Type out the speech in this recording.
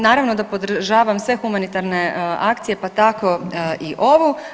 Naravno da podržavam sve humanitarne akcije pa tako i ovu.